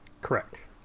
Correct